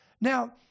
Now